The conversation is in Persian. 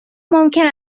ممکن